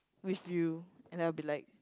with you and I'll be like